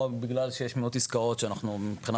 או בגלל שיש מאות עסקאות שאנחנו מבחינה